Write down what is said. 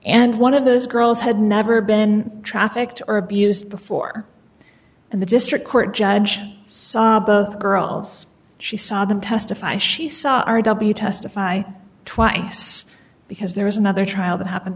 and one of those girls had never been trafficked or abused before and the district court judge saw both girls she saw them testify she saw r w testify twice because there was another trial that happened